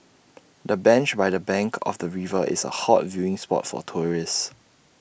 the bench by the bank of the river is A hot viewing spot for tourists